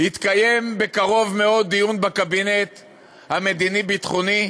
יתקיים בקרוב מאוד דיון בקבינט המדיני-ביטחוני,